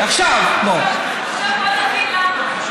עכשיו בוא נבין למה.